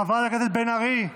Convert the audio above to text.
חברת הכנסת בן ארי,